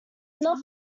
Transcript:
not